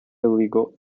illegal